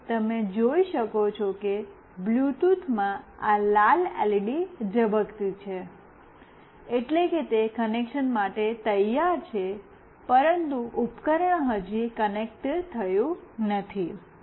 અને તમે જોઈ શકો છો કે બ્લૂટૂથમાં આ લાલ એલઇડી ઝબકતી છે એટલે કે તે કનેક્શન માટે તૈયાર છે પરંતુ ઉપકરણ હજી કનેક્ટ થયું નથી